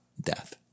death